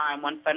one